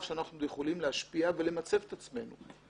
שאנחנו יכולים להשפיע ולמצב את עצמנו.